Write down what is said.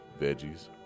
veggies